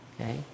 Okay